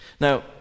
Now